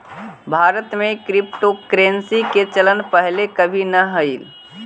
भारत में क्रिप्टोकरेंसी के चलन पहिले कभी न हलई